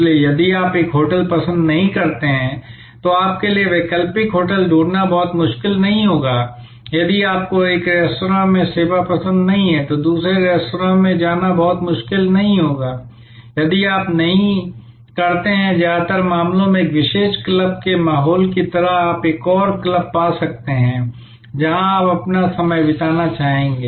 इसलिए यदि आप एक होटल पसंद नहीं करते हैं तो आपके लिए वैकल्पिक होटल ढूंढना बहुत मुश्किल नहीं होगा यदि आपको एक रेस्तरां में सेवा पसंद नहीं है तो दूसरे रेस्तरां में जाना बहुत मुश्किल नहीं होगा यदि आप नहीं करते हैं ज्यादातर मामलों में एक विशेष क्लब के माहौल की तरह आप एक और क्लब पा सकते हैं जहां आप अपना समय बिताना चाहेंगे